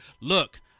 look